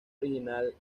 original